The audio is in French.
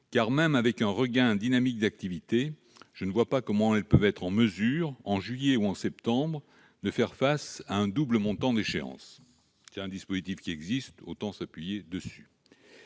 même avec un regain dynamique d'activité, je ne vois pas comment ces entreprises pourraient être en mesure, en juillet ou en septembre, de faire face à un double montant d'échéances. Ce dispositif existe ; autant s'appuyer dessus.